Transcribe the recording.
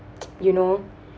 you know